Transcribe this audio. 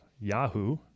Yahoo